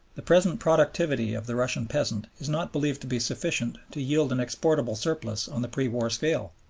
the present productivity of the russian peasant is not believed to be sufficient to yield an exportable surplus on the pre-war scale.